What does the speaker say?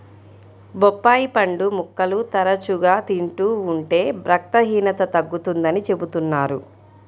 బొప్పాయి పండు ముక్కలు తరచుగా తింటూ ఉంటే రక్తహీనత తగ్గుతుందని చెబుతున్నారు